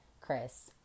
Chris